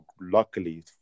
luckily